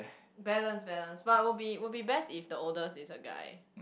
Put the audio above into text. balance balance but will be will be best if the oldest is a guy